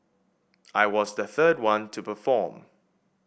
I was the third one to perform